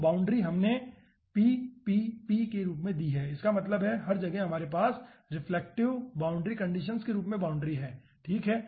तो बाउंड्री हमने p p p के रूप में दी है इसका मतलब है कि हर जगह हमारे पास रिफ्लेक्टिव बाउंड्री कंडीशंस के रूप में बाउंड्री है ठीक है